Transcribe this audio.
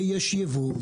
ויש יבוא,